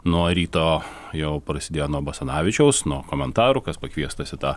nuo ryto jau prasidėjo nuo basanavičiaus nuo komentarų kas pakviestas į tą